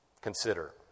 Consider